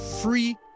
free